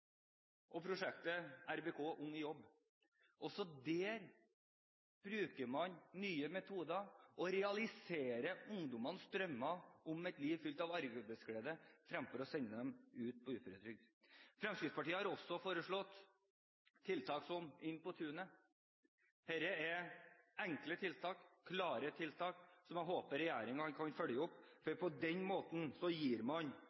og prosjektet RBK – ung i jobb. Også der bruker man nye metoder for å realisere ungdommenes drømmer om et liv fylt av arbeidsglede fremfor å sende dem på uføretrygd. Fremskrittspartiet har også foreslått tiltak som Inn på tunet. Dette er enkle og klare tiltak som jeg håper regjeringen kan følge opp, for på den måten gir man